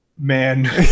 man